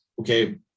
okay